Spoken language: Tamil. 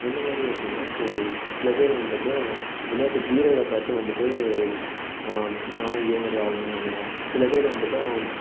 எந்தமாதிரி அப்புடின்னா இப்போது சில பேர் வந்துட்டு விளையாட்டு வீரரை பார்த்து வந்துட்டு நானும் இதே மாதிரி ஆகணும்ன்னு வருவான் சில பேர் வந்துட்டு அவன்